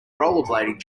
rollerblading